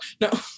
no